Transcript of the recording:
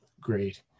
great